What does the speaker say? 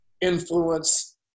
influence